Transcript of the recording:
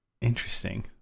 Interesting